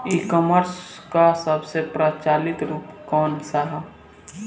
ई कॉमर्स क सबसे प्रचलित रूप कवन सा ह?